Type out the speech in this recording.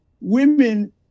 women